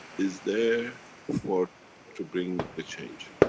is there for to bring the ah change.